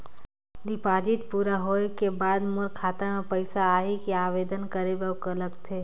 Deposit पूरा होय के बाद मोर खाता मे पइसा आही कि आवेदन करे बर लगथे?